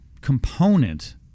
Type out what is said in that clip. component